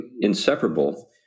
inseparable